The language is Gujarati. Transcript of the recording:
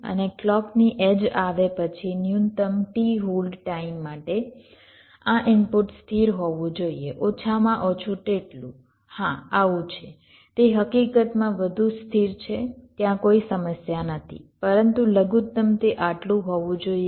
અને ક્લૉકની એડ્જ આવે પછી ન્યૂનતમ t હોલ્ડ ટાઈમ માટે આ ઇનપુટ સ્થિર હોવું જોઈએ ઓછામાં ઓછું તેટલું હા આવું છે તે હકીકતમાં વધુ સ્થિર છે ત્યાં કોઈ સમસ્યા નથી પરંતુ લઘુત્તમ તે આટલું હોવું જોઈએ